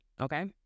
Okay